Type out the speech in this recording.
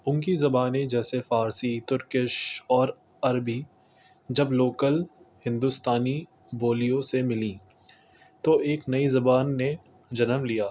ان کی زبانیں جیسے فارسی ترکش اور عربی جب لوکل ہندوستانی بولیوں سے ملیں تو ایک نئی زبان نے جنم لیا